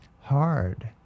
hard